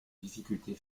difficultés